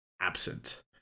absent